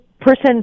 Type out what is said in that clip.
person